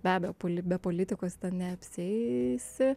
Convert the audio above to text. be abejo be politikos ten neapsieisi